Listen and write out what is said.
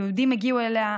היהודים הגיעו אליה,